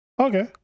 Okay